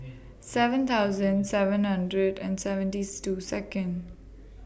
seven thousand seven hundred and seventieth two Second